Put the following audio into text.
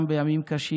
גם בימים קשים.